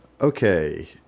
Okay